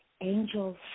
angels